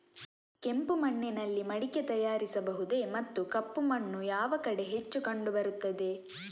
ಕೆಂಪು ಮಣ್ಣಿನಲ್ಲಿ ಮಡಿಕೆ ತಯಾರಿಸಬಹುದೇ ಮತ್ತು ಕಪ್ಪು ಮಣ್ಣು ಯಾವ ಕಡೆ ಹೆಚ್ಚು ಕಂಡುಬರುತ್ತದೆ?